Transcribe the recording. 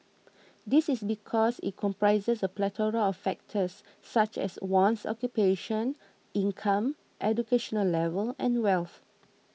this is because it comprises a plethora of factors such as one's occupation income education level and wealth